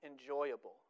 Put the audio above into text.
enjoyable